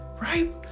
right